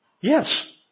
Yes